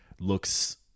Looks